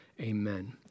Amen